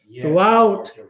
throughout